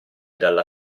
dalla